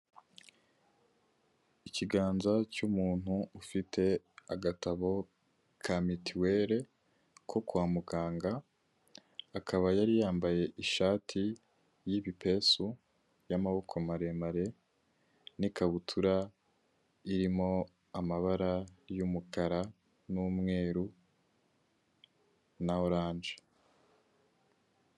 Ikiganza cy'umuntu ufite agatabo ka mituwere ko kwa muganga, akaba yari yambaye ishati y'ibipesu y'amaboko maremare n'ikabutura irimo amabara y'umukara n'umweru na oranje.